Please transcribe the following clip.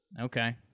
Okay